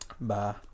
Bye